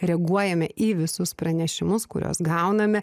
reaguojame į visus pranešimus kuriuos gauname